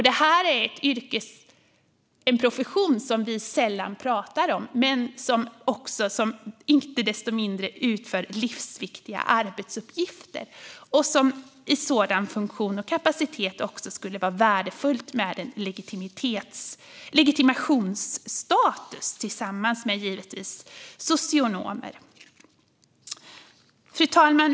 Detta är en profession som vi sällan pratar om men som inte desto mindre utför livsviktiga arbetsuppgifter. För en sådan funktion skulle det vara värdefullt med en legitimationsstatus, precis som för socionomer. Fru talman!